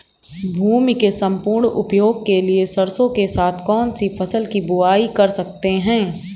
भूमि के सम्पूर्ण उपयोग के लिए सरसो के साथ कौन सी फसल की बुआई कर सकते हैं?